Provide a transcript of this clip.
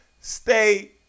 stay